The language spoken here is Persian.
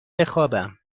بخوابم